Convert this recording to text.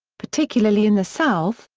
particularly in the south,